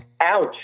Ouch